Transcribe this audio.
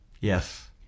Yes